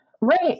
Right